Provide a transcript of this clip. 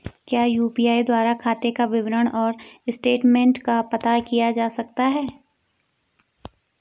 क्या यु.पी.आई द्वारा खाते का विवरण और स्टेटमेंट का पता किया जा सकता है?